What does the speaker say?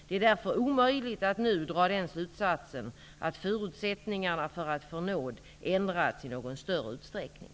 Det är därför omöjligt att nu dra den slutsatsen att förutsättningarna för att få nåd ändrats i någon större utsträckning.